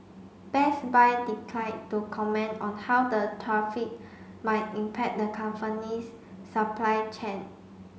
Best Buy declined to comment on how the might impact the company's supply chain